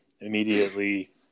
immediately